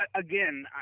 again